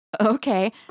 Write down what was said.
Okay